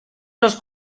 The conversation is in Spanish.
los